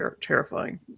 terrifying